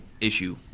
issue